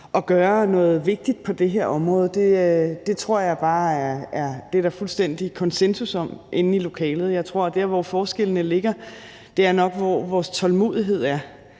at gøre noget vigtigt på det her område. Det tror jeg bare der er fuldstændig konsensus om herinde i lokalet. Jeg tror, at der, hvor forskellene nok ligger, er med hensyn til, hvor stor vores tålmodighed er.